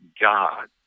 God